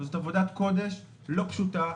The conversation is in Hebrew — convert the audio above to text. וזאת עבודת קודש לא פשוטה,